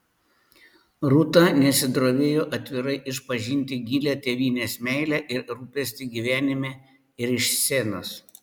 rūta nesidrovėjo atvirai išpažinti gilią tėvynės meilę ir rūpestį gyvenime ir iš scenos